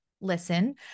listen